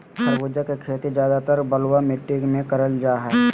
खरबूजा के खेती ज्यादातर बलुआ मिट्टी मे करल जा हय